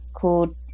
called